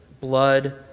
blood